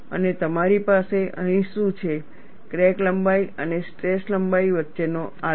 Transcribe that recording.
અને તમારી પાસે અહીં શું છે ક્રેક લંબાઈ અને સ્ટ્રેસ વચ્ચેનો આલેખ